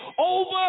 over